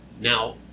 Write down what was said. Now